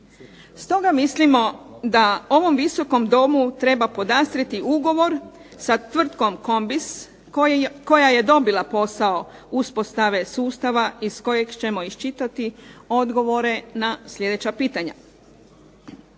Stoga mislimo da ovom Visokom domu treba podastrijeti ugovor sa tvrtkom "Combis" koja je dobila posao uspostave sustava iz kojeg ćemo iščitati odgovore na sljedeća pitanja.